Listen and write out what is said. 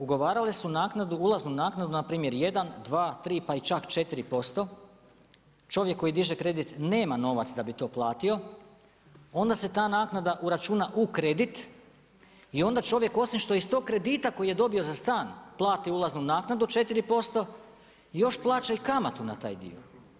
Ugovarale su ulaznu naknadu npr. 1, 2, 3 pa čak i 4%, čovjek koji diže kredit nema novac da bi to platio, onda se ta naknada uračuna u kredit, i onda čovjek osim što iz tog kredita koje dobio za stan, plati ulaznu naknadu od 4%, još plaća i kamatu na taj dio.